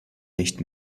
nicht